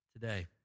today